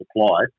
supply